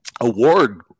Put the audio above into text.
award